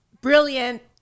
brilliant